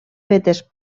fetes